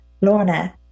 Lorna